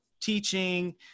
teaching